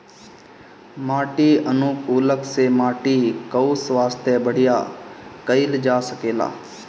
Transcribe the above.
माटी अनुकूलक से माटी कअ स्वास्थ्य बढ़िया कइल जा सकेला